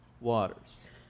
waters